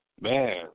Man